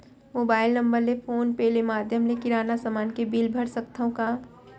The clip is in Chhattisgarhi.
मोबाइल नम्बर ले फोन पे ले माधयम ले किराना समान के बिल भर सकथव का?